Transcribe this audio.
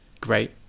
great